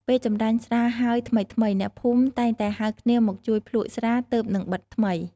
ពេលចម្រាញ់ស្រាហើយថ្មីៗ អ្នកភូមិតែងតែហៅគ្នាមកជួយភ្លក្សស្រាទើបនឹងបិតថ្មី។